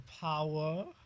power